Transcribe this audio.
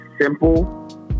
simple